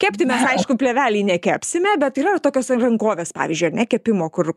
kepti mes aišku plėvelėj nekepsime bet yra tokios rankovės pavyzdžiui ar ne kepimo kur